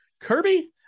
Kirby